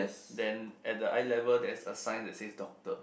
then at the eye level there is a sign that says doctor